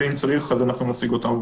ואם צריך אז אנחנו נשיג אותם.